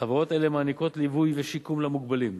חברות אלה מעניקות ליווי ושיקום למוגבלים.